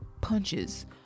punches